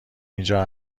اینجا